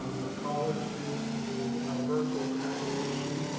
the college did a virtual graduation